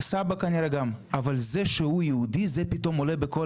אבל זה שהוא יהודי פתאום זה עולה בכל